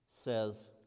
Says